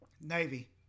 Navy